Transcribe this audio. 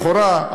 לכאורה,